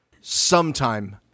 sometime